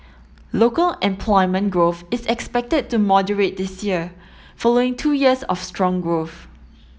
local employment growth is expected to moderate this year following two years of strong growth